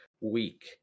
week